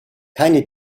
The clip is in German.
keine